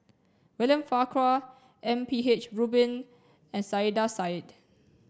William Farquhar M P H Rubin and Saiedah Said